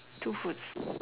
two foods